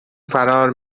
فرار